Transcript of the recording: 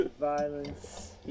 Violence